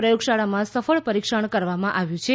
પ્રયોગશાળામાં સફળ પરિક્ષણ કરવામાં આવ્યું છે